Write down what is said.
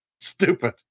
Stupid